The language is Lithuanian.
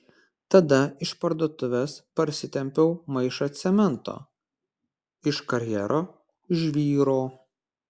tada iš parduotuvės parsitempiau maišą cemento iš karjero žvyro